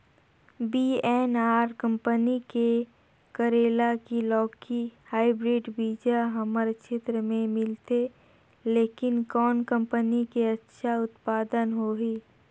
VNR company के करेला की लौकी हाईब्रिड बीजा हमर क्षेत्र मे मिलथे, लेकिन कौन कंपनी के अच्छा उत्पादन होही?